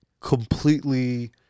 completely